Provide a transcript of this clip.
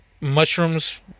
mushrooms